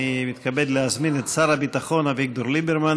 אני מתכבד להזמין את שר הביטחון אביגדור ליברמן